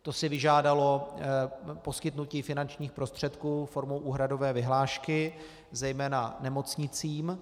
To si vyžádalo poskytnutí finančních prostředků formou úhradové vyhlášky zejména nemocnicím.